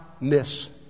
miss